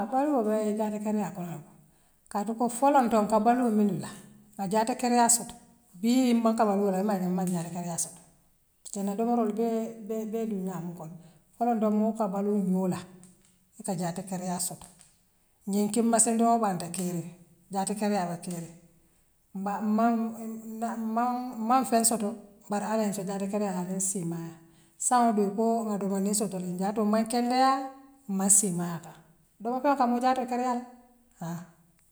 Apaaru woo bee jaatakendiyaa konoŋ kaatu ko foloŋto ka balluu min dulaa aye jaatakeriyaa soto, bii ňiŋ maŋ ka waroola almaa je aye ala kariaa soto. Kanaa domorool bee bee bee dundy a buŋ kono folontoo muŋ ka baloo ŋoola aka jaatakeriya soto ňiŋ kir massendoo wo a te keeriŋ jaatakeriya laba keeriŋ mba mba na maŋ maŋ feŋ soto bare allah yeeŋ soo jaatakendiyaa aniŋ siimayaa saaň wodoo koo na doomanding sotole ndiaatoo maŋ kendiyaa maŋ siimayaa do wo ka ako mo jaatakeriyaa ha.